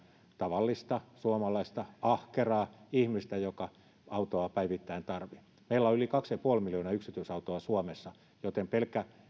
tavallista suomalaista ahkeraa ihmistä joka autoa päivittäin tarvitsee meillä on yli kaksi ja puoli miljoonaa yksityisautoa suomessa joten pelkkä